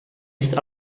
ist